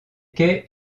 quais